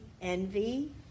envy